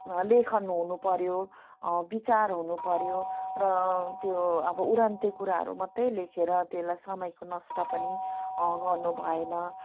लेखन हुनुपर्यो विचार हुनुपर्यो र त्यो अब उडन्ते कुराहरू मात्रै लेखेर त्यसलाई समयको नष्ट पनि गर्नु भएन